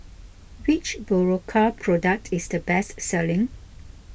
which Berocca product is the best selling